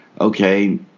okay